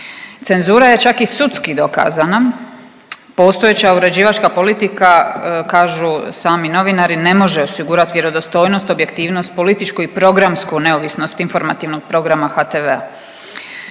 Cenzura je čak i sudski dokazana, postojeća uređivačka politika kažu sami novinari ne može osigurati vjerodostojnost, objektivnost, političku i programsku neovisnost informativnog programa HTV-a.